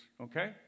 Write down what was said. okay